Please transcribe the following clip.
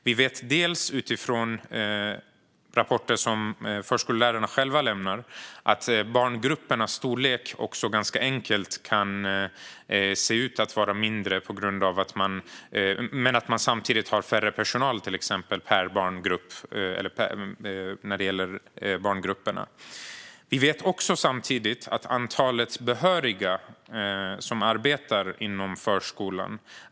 Vi vet utifrån rapporter som förskollärarna själva lämnar att barngruppernas storlek kan se ut att vara mindre, men att man samtidigt till exempel har färre personal per barngrupp. Det sker också en minskning av den behöriga personalen inom förskolan.